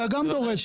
אתה גם דורס,